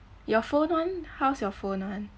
your phone [one] how's your phone [one]